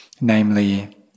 namely